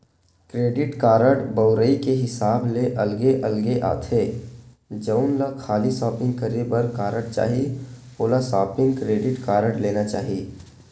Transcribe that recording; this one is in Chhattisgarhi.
क्रेडिट कारड बउरई के हिसाब ले अलगे अलगे आथे, जउन ल खाली सॉपिंग करे बर कारड चाही ओला सॉपिंग क्रेडिट कारड लेना चाही